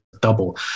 Double